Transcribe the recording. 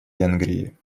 венгрии